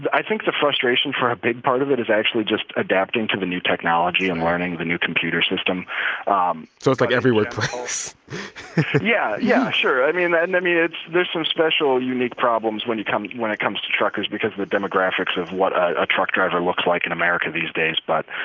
i think the frustration for a big part of it is actually just adapting to the new technology and learning the new computer system um so it's like every work place yeah yeah sure, i mean and, i and mean, it's there's some special unique problems when you come when it comes to truckers because the demographics of what a truck driver looks like in america these days. but.